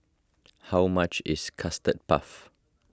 how much is Custard Puff